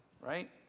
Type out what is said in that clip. right